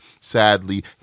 Sadly